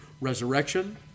resurrection